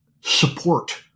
support